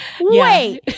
wait